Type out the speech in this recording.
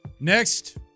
Next